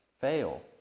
fail